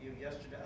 yesterday